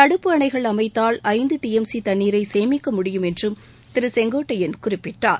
தடுப்பு அணைகள் அமைத்தால் ஐந்து டி எம் சி தண்ணீரை சேமிக்க முடியும் என்றும் திரு செங்கோட்டையன் குறிப்பிட்டார்